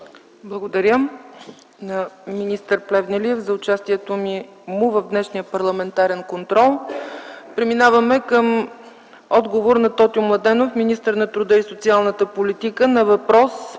Благодаря на министър Плевнелиев за участието му в днешния парламентарен контрол. Преминаваме към отговор на Тотю Младенов - министър на труда и социалната политика, на въпрос